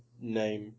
name